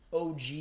OG